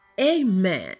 Amen